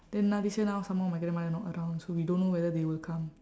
then now this year now some more my grandmother not around so we don't know whether they will come